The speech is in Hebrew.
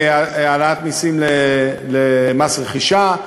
העלאת שיעורים במס רכישה,